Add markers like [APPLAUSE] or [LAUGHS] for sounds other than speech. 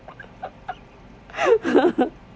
[LAUGHS]